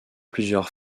plusieurs